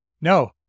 No